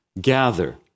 gather